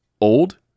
old